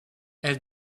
elle